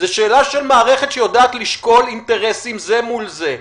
זאת שאלה של מערכת שיודעת לשקול אינטרסים זה מול זה.